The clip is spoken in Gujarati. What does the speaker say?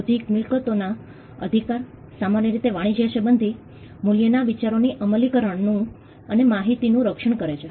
બૌદ્ધિક મિલકતો ના અધિકાર સામાન્યરીતે વાણિજ્ય સંબંધી મૂલ્યના વિચારોના અમલીકરણ નું અને માહિતીનું રક્ષણ કરે છે